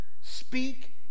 speak